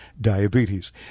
diabetes